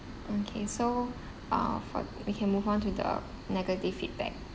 okay so uh for we can move on to the negative feedback